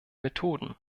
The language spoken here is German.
methoden